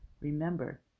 Remember